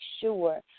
sure